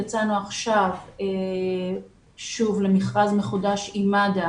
יצאנו עכשיו שוב למכרז מחודש עם מד"א